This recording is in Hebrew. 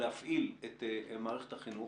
להפעיל את מערכת החינוך,